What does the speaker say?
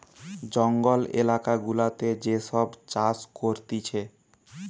জঙ্গল এলাকা গুলাতে যে সব চাষ করতিছে